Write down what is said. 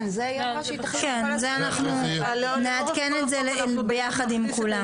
כן, נעדכן את זה ביחד עם כולם.